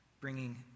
bringing